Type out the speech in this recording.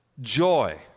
joy